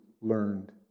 learned